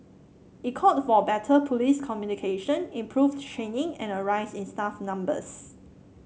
it called for better police communication improved training and a rise in staff numbers